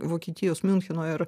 vokietijos miuncheno ir